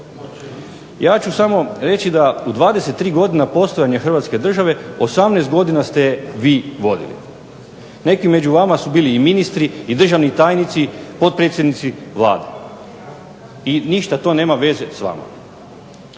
Ja ću samo reći da u 23 godine postojanja Hrvatske država, 18 godina ste vi vodili. Neki među vama su bili i ministri i državni tajnici, potpredsjednici Vlade i ništa to nema veze s vama.